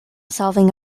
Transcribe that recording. solving